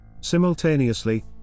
Simultaneously